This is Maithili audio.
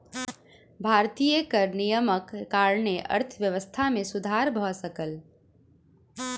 भारतीय कर नियमक कारणेँ अर्थव्यवस्था मे सुधर भ सकल